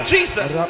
Jesus